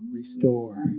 restore